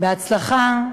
בהצלחה.